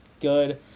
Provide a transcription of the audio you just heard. good